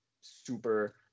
super